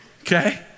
okay